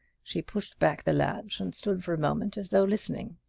she pushed back the latch and stood for a moment as though listening,